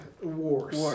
Wars